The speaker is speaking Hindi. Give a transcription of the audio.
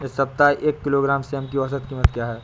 इस सप्ताह एक किलोग्राम सेम की औसत कीमत क्या है?